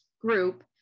Group